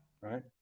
Right